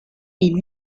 est